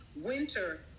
winter